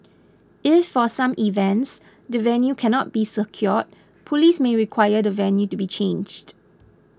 if for some events the venue cannot be secured police may require the venue to be changed